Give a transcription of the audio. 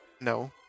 No